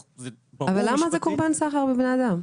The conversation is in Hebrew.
--- אבל למה זה קורבן סחר בבני אדם?